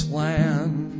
land